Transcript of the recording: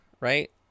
right